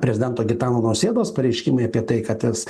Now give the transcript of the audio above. prezidento gitano nausėdos pareiškimai apie tai kad tas